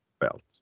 felt